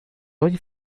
auriez